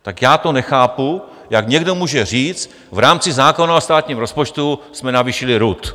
Tak já to nechápu, jak někdo může říct, že v rámci zákona o státním rozpočtu jsme navýšili RUD.